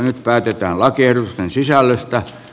nyt päätetään lakiehdotusten sisällöstä